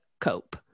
cope